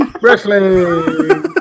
Wrestling